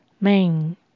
Main